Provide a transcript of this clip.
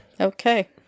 Okay